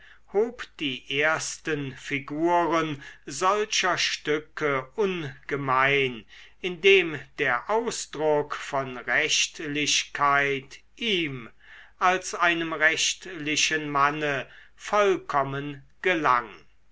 hob die ersten figuren solcher stücke ungemein indem der ausdruck von rechtlichkeit ihm als einem rechtlichen manne vollkommen gelang